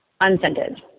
unscented